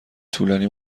طولانی